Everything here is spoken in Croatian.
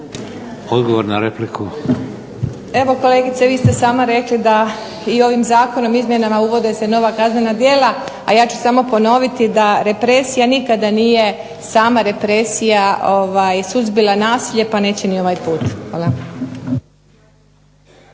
Tatjana (SDP)** Evo kolegice vi ste sama rekli da ovim zakonom izmjenama uvode se nova kaznena djela, a ja ću samo ponoviti da represija nikada nije sama represija suzbila nasilje pa neće ni ovaj put. Hvala.